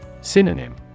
Synonym